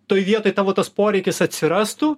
toj vietoj tavo tas poreikis atsirastų